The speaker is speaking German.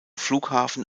flughafen